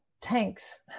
tanks